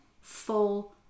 full